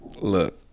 Look